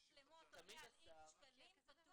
למעון צילה אלא שהוא קובע כללים שלפיהם ניתן פטור.